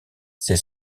ses